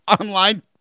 online